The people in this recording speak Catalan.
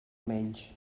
menys